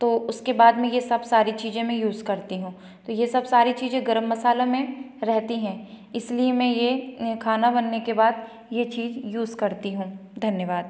तो उसके बाद में यह सब सारी चीज़ें मैं यूज़ करती हूँ तो यह सब सारी चीज़ गरम मसाले में रहती है इसलिए मैं यह खाना बनने के बाद यह चीज़ यूज़ करती हूँ धन्यवाद